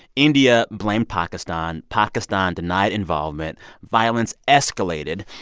india blamed pakistan. pakistan denied involvement. violence escalated.